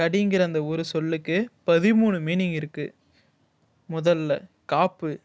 கடிங்கிற அந்த ஒரு சொல்லுக்கு பதிமூணு மீனிங் இருக்கு முதலில் காப்பு